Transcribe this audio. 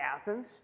Athens